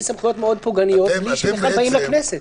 סמכויות מאוד פוגעניות בלי שבכלל באים לכנסת.